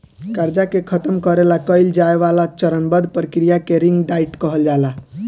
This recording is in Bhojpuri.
कर्जा के खतम करे ला कइल जाए वाला चरणबद्ध प्रक्रिया के रिंग डाइट कहल जाला